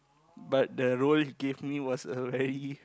but the role he gave me was a very